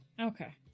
Okay